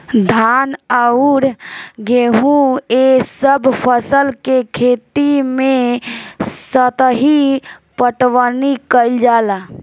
धान अउर गेंहू ए सभ फसल के खेती मे सतही पटवनी कइल जाला